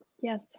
Yes